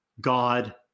God